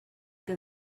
que